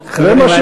חברים,